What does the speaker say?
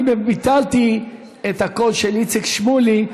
אני ביטלתי את הקול של איציק שמולי,